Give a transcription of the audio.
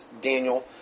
Daniel